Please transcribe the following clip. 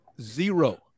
zero